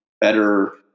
better